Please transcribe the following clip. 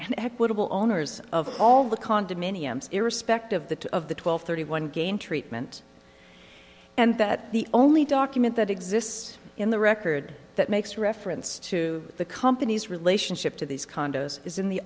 and equitable owners of all the condominiums irrespective the of the twelve thirty one gain treatment and that the only document that exists in the record that makes reference to the company's relationship to these condos is in the